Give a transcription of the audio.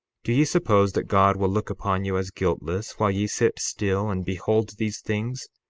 do ye suppose that god will look upon you as guiltless while ye sit still and behold these things?